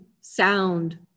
sound